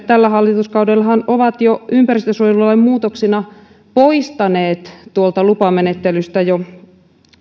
tällä hallituskaudella ovat jo ympäristönsuojelulain muutoksina poistaneet tuolta lupamenettelystä